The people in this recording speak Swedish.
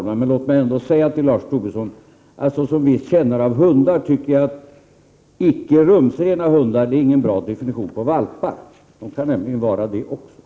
Slutligen helt vid sidan om ämnet. Såsom viss kännare av 16 maj 1989 hundar, Lars Tobisson, tycker jag att ”icke rumsrena” inte är en bra definition på valpar. De kan nämligen också vara rumsrena.